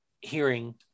hearing